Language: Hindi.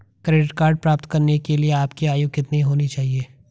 क्रेडिट कार्ड प्राप्त करने के लिए आपकी आयु कितनी होनी चाहिए?